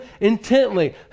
intently